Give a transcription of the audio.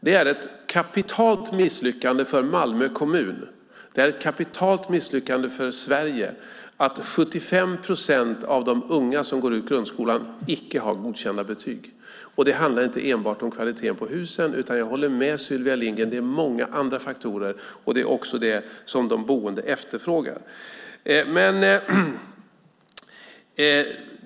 Det är ett kapitalt misslyckande för Malmö kommun och för Sverige att 75 procent av de unga som går ut grundskolan icke har godkända betyg. Det handlar inte enbart om kvaliteten på husen. Jag håller med Sylvia Lindgren om att det handlar om många olika faktorer. Det är också det som de boende efterfrågar.